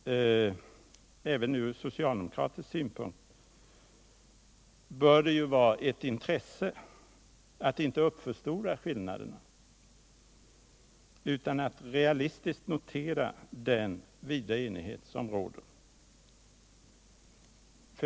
Även från socialdemokratisk synpunkt bör det vara ct intresse att inte uppförstora skillnaderna, utan realistiskt notera den vida enighet som råder.